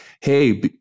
hey